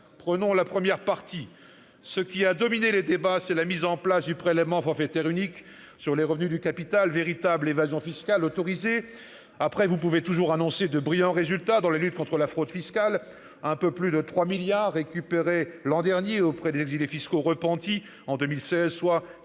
Prenons la première partie. Ce qui a dominé les débats, c'est la mise en place du prélèvement forfaitaire unique sur les revenus du capital, véritable évasion fiscale autorisée. Après, vous pouvez toujours annoncer de brillants résultats dans la lutte contre la fraude fiscale : un peu plus de 3 milliards d'euros récupérés auprès des exilés fiscaux repentis en 2016, soit